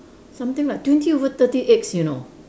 something like twenty over thirty eggs you know